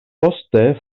poste